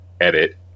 edit